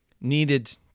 needed